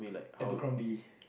Acrobomb be